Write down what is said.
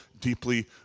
deeply